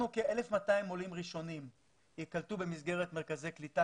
כ-1,200 עולים ראשונים ייקלטו במסגרת מרכזי קליטה